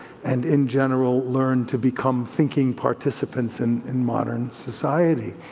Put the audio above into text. and in general learn to become thinking participants in in modern society.